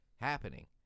happening